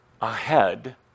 ahead